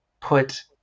put